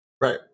right